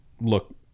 look